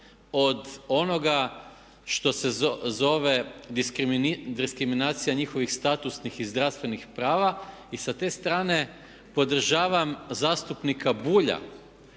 od onoga što se zove diskriminacija njihovih statusnih i zdravstvenih prava. I s te strane podržavam zastupnika Bulja